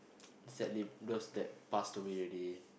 sadly those that passed away already